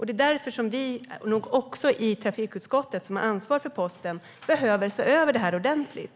Det är därför också vi i trafikutskottet, som har ansvar för posten, behöver se över det här ordentligt.